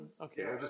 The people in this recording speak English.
Okay